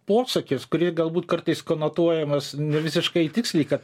posakis kurį galbūt kartais konotuojamas nevisiškai tiksliai kad